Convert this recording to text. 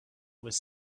was